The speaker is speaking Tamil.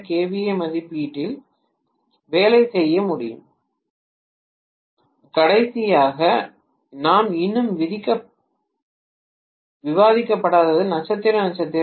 ஏ மதிப்பீட்டில் வேலை செய்ய முடியும் கடைசியாக நாம் இன்னும் விவாதிக்கப்படாதது நட்சத்திர நட்சத்திர வழக்கு